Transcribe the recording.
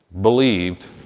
believed